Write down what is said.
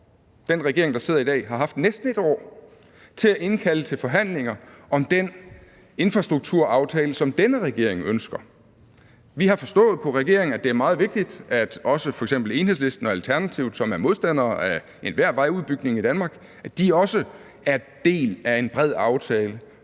Den regering, der sidder i dag, har haft næsten et år til at indkalde til forhandlinger om den infrastrukturaftale, som denne regering ønsker. Vi har forstået på regeringen, at det er meget vigtigt, at også f.eks. Enhedslisten og Alternativet, som er modstandere af enhver vejudbygning i Danmark, også er del af en bred aftale